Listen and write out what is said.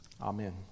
Amen